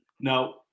Now